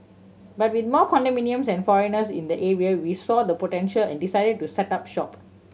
but with more condominiums and foreigners in the area we saw the potential and decided to set up shop